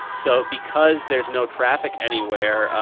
so because there is no traffic anywhere,